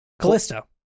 callisto